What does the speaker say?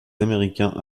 américains